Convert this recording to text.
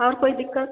और कोई दिक़्क़त